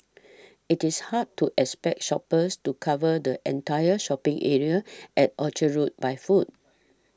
it is hard to expect shoppers to cover the entire shopping area at Orchard Road by foot